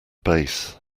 bass